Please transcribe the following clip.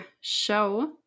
show